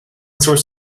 source